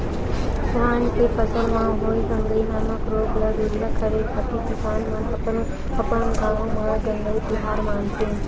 धान के फसल म होय गंगई नामक रोग ल दूरिहा करे खातिर किसान मन अपन अपन गांव म गंगई तिहार मानथे